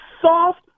soft